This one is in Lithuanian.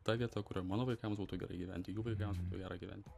ta vieta kurioj mano vaikams būtų gerai gyventi jų vaikams būtų gera gyventi